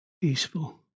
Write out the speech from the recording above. peaceful